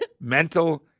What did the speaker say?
mental